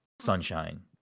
sunshine